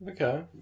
Okay